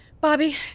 Bobby